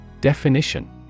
Definition